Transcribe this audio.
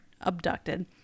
abducted